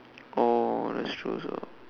oh that's true also